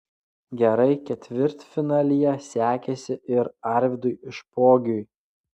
gerai ketvirtfinalyje sekėsi ir arvydui špogiui